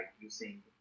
using